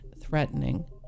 threatening